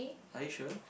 are you sure